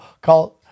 called